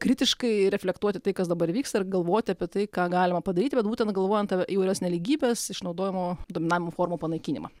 kritiškai reflektuoti tai kas dabar vyksta ir galvoti apie tai ką galima padaryti bet būtent galvojant apie įvairias nelygybes išnaudojimo dominavimo formų panaikinimą